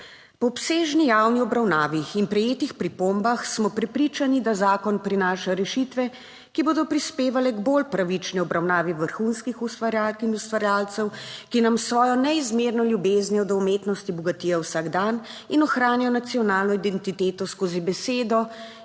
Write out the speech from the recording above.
Po obsežni javni obravnavi in prejetih pripombah smo prepričani, da zakon prinaša rešitve, ki bodo prispevale k bolj pravični obravnavi vrhunskih ustvarjalk in ustvarjalcev, ki nam s svojo neizmerno ljubeznijo do umetnosti bogatijo vsakdan in ohranjajo nacionalno identiteto skozi besedo,